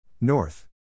North